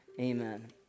Amen